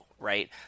right